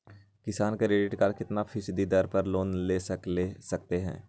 किसान credit card कितना फीसदी दर पर लोन ले सकते हैं?